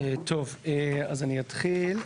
טוב, אז אני אתחיל.